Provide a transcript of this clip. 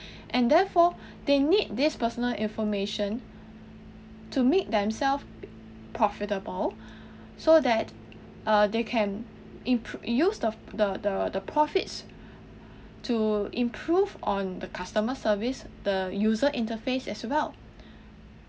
and therefore they need this personal information to make themselves profitable so that err they can improv~ use the the the profits to improve on the customer service the user interface as well